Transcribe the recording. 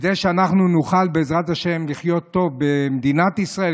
כדי שאנחנו נוכל בעזרת השם לחיות טוב במדינת ישראל,